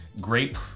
grape